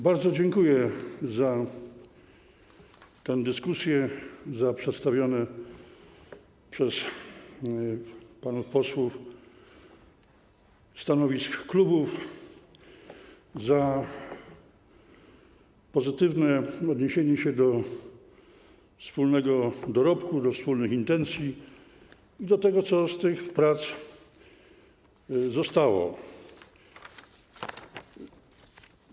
Bardzo dziękuję za tę dyskusję, za przedstawione przez panów posłów stanowiska klubów, za pozytywne odniesienie się do wspólnego dorobku, do wspólnych intencji i do tego, co z tych prac zostało.